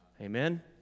Amen